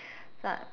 like